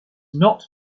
not